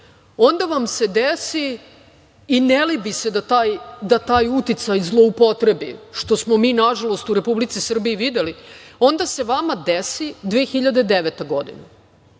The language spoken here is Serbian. onda vam se desi i ne libi se da taj uticaj zloupotrebi, što smo mi, nažalost, u Republici Srbiji videli, onda se vama desi 2009. godina,